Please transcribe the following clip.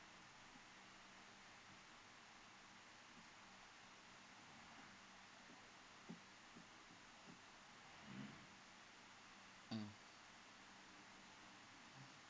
mm